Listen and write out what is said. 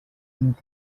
vint